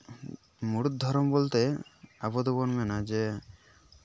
ᱢᱩᱬᱩᱫ ᱫᱷᱚᱨᱚᱢ ᱵᱚᱞᱛᱮ ᱟᱵᱚ ᱫᱚᱵᱚᱱ ᱢᱮᱱᱟ ᱡᱮ